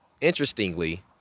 Interestingly